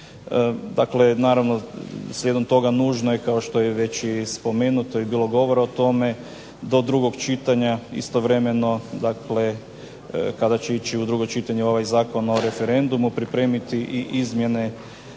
Dakle, naravno, slijedom toga nužno je kao što je već spomenuto i bilo govora o tome do drugog čitanja istovremeno kada će ići u drugo čitanje ovaj zakon o referendumu pripremiti izmjene